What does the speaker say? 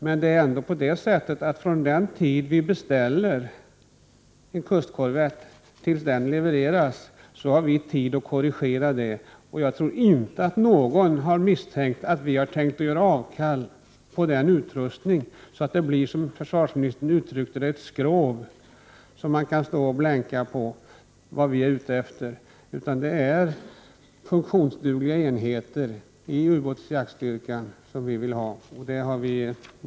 Men från den tid vi beställer kustkorvetterna tills de levereras har vi tid att korrigera. Jag tror inte att någon har misstänkt att vi skulle vilja göra avkall på utrustningen så att det blir, som försvarsministern uttryckte det, ett skrov som man kan stå och blänka på. Det är inte vad vi är ute efter, utan vi är ute efter funktionsdugliga enheter för ubåtsjaktsstyrkan.